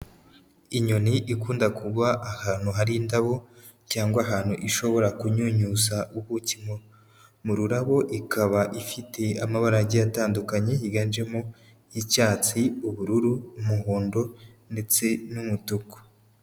Inyoni ikunda kugwa ahantu hari indabo cyangwa ahantu ishobora kunyunyuza ubuki mu rurabo, ikaba ifite amabara agiye atandukanye yiganjemo icyatsi, ubururu, umuhondo ndetse n'umutuku.